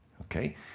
Okay